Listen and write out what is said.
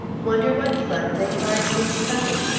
wonder what fun they find in coming?